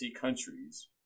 countries